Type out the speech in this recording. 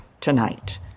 tonight